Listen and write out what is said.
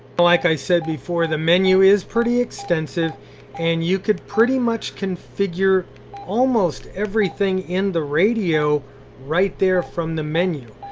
but like i said before, the menu is pretty extensive and you could pretty much configure almost everything in the radio right there from the menu.